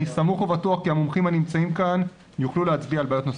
אני סמוך ובטוח כי המומחים הנמצאים כאן יוכלו להצביע על בעיות נוספות.